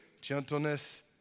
gentleness